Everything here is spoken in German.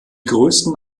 größten